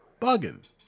Bugging